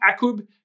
Akub